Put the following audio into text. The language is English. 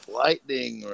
lightning